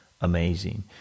amazing